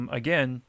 again